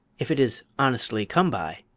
if it is honestly come by.